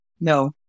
no